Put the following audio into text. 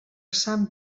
sant